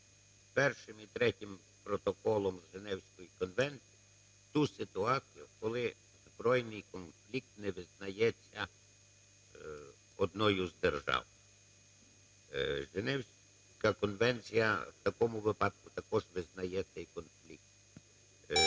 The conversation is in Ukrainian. першим і третім протоколом Женевської конвенції ту ситуацію, коли збройний конфлікт не визнається однією з держав. Женевська конвенція в такому випадку також визнає цей конфлікт